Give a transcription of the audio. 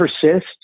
persist